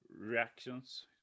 Reactions